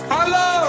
Hello